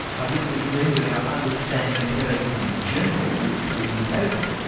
i guess this means that our understanding of headaches in general, is pretty inadequate.